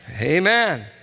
Amen